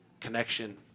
connection